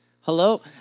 Hello